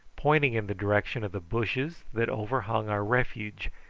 pointing in the direction of the bushes that overhung our refuge,